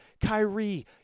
Kyrie